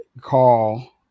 call